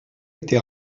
était